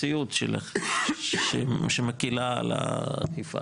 מציאות שמקלה על האכיפה,